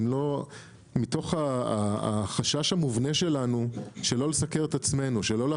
הן לא מתוך החשש המובנה שלנו שלא לסקר את עצמנו,